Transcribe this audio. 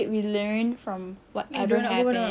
but bila secondary school it's hard cause you have to